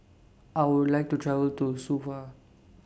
I Would like to travel to Suva